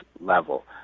level